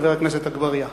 חבר הכנסת אגבאריה.